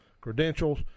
credentials